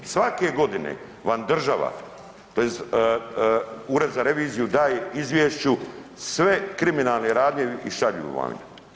Svake godine vam država tj. Ured za reviziju daje izvješću sve kriminalne radnje i šalju vam.